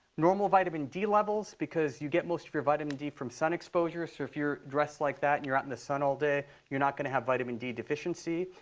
normal vitamin d levels because you get most of your vitamin d from sun exposure. so if you're dressed like that and you're out in the sun all day, you're not going to have vitamin d deficiency.